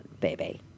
baby